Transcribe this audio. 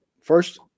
first